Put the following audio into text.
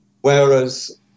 Whereas